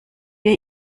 wir